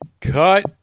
Cut